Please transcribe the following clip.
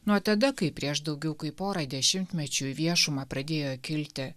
nuo tada kai prieš daugiau kaip porą dešimtmečių į viešumą pradėjo kilti